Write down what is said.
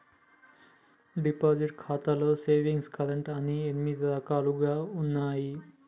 deposit ఖాతాలో savings current అని ఎనిమిది రకాలుగా ఉన్నయి